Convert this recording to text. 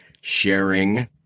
sharing